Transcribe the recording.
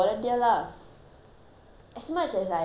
as much as I volunteer for like